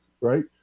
right